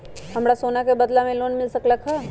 हमरा सोना के बदला में लोन मिल सकलक ह?